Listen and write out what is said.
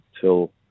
till